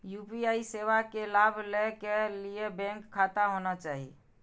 UPI सेवा के लाभ लै के लिए बैंक खाता होना चाहि?